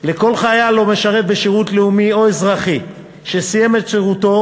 לכל חייל או משרת בשירות לאומי או אזרחי שסיים את שירותו,